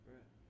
Right